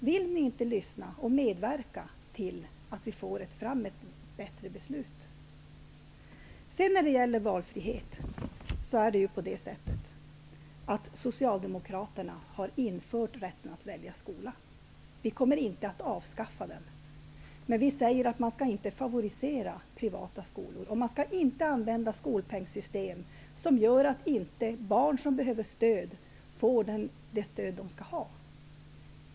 Vill ni inte lyssna och medverka till att vi får fram ett bättre beslut? Med valfriheten är det på det sättet att socialdemokraterna har infört rätten att välja skola. Vi kommer inte att avskaffa den. Men vi säger att man inte skall favorisera privata skolor. Man skall inte använda skolpengssystem som gör att barn som behöver stöd inte får det stöd de skall ha.